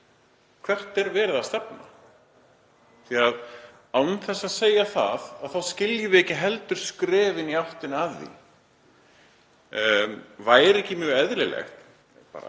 hvert sé verið að stefna því án þess að segja það þá skiljum við ekki heldur skrefin í áttina að því. Væri ekki mjög eðlilegt, bara